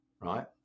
right